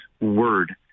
word